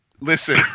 Listen